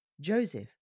Joseph